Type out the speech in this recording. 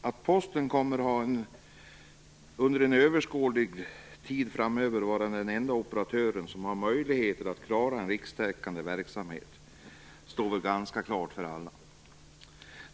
Fru talman! Att Posten under en överskådlig tid framöver kommer att vara den enda operatören som har möjligheter att klara en rikstäckande verksamhet står väl ganska klart för alla.